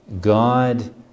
God